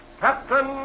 Captain